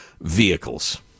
vehicles